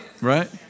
Right